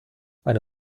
eine